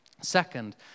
Second